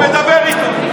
אני מדבר איתו.